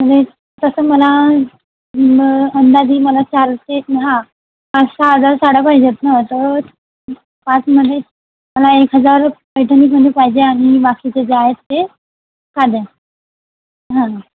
आणि तसं मला म अंदाजे मला चार ते हां पाचसहा हजार साड्या पाहिजे आहेत नं तर पाचमध्ये मला एक हजार पैठणीमध्ये पाहिजे आणि बाकीच्या जे आहेत ते साध्या हां